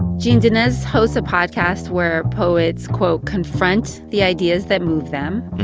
gene, danez hosts a podcast where poets, quote, confront the ideas that move them.